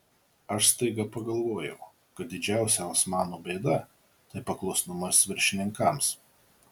aš staiga pagalvojau kad didžiausia osmanų bėda tai paklusnumas viršininkams